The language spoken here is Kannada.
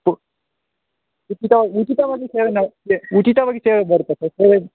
ಉಚಿತವಾಗಿ ಸೇವೆನೇ ಉಚಿತವಾಗಿ ಸೇವೆ ಬರುತ್ತೆ ಸರ್ ಸೇವೆ